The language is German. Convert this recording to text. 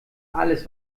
alles